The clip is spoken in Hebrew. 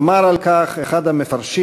אמר על כך אחד המפרשים: